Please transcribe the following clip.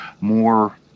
more